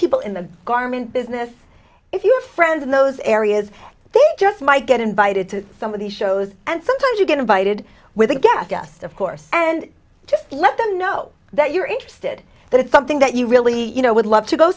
people in the garment business if you have friends in those areas they just might get invited to some of the shows and sometimes you get invited with a guest of course and just let them know that you're interested that it's something that you really you know would love to go